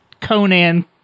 Conan